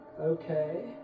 okay